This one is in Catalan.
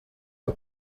que